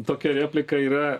tokia replika yra